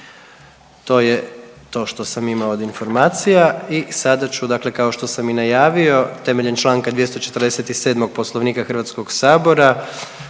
To je to što sam imao od informacija i sada ću dakle kao što sam i najavio temeljem čl. 247. Poslovnika HS, Odbor